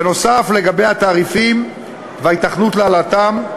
בנוסף, לגבי התעריפים והיתכנות העלאתם,